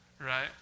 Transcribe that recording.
Right